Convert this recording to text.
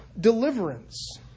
deliverance